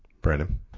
Brandon